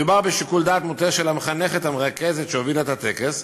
מדובר בשיקול דעת מוטעה של המחנכת המרכזת שהובילה את הטקס.